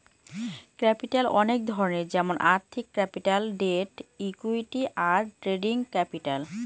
capital অনেক ধরনের যেমন আর্থিক ক্যাপিটাল, ডেট, ইকুইটি, আর ট্রেডিং ক্যাপিটাল